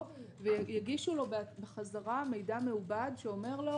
ויגישו לו בחזרה מידע מעובד שאומר לו: